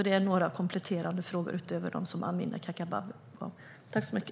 Det är några kompletterande frågor utöver dem som Amineh Kakabaveh ställde.